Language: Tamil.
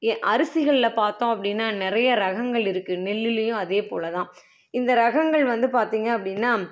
ஏன் அரிசிகளில் பார்த்தோம் அப்படின்னா நிறைய ரகங்கள் இருக்குது நெல்லுலேயும் அதே போல் தான் இந்த ரகங்கள் வந்து பார்த்தீங்க அப்படின்னா